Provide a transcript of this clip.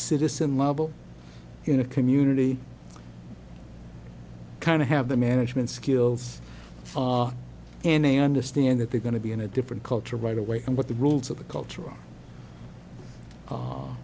citizen level in a community kind of have the management skills and they understand that they're going to be in a different culture right away and what the rules of the cultur